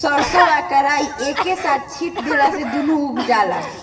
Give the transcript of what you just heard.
सरसों आ कराई एके साथे छींट देला से दूनो उग जाला